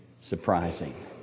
surprising